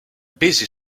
busy